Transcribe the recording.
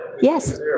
yes